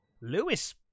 Lewis